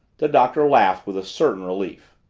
the doctor laughed with a certain relief.